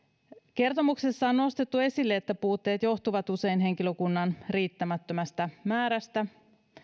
kertomuksessa on nostettu esille että puutteet johtuvat usein henkilökunnan riittämättömästä määrästä